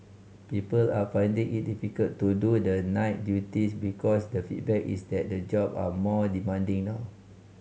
people are finding it difficult to do the night duties because the feedback is that the job are more demanding now